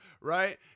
right